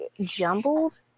jumbled